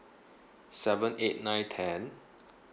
seven eight nine ten